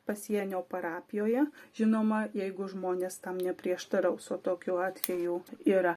pasienio parapijoje žinoma jeigu žmonės tam neprieštaraus o tokių atvejų yra